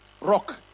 Rock